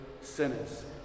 sinners